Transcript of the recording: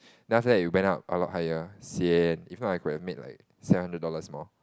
then after that it went up a lot higher sian if not I could have made like seven hundred dollars more